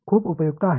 4 Lecture 3